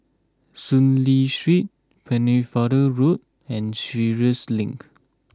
Soon Lee Street Pennefather Road and Sheares Link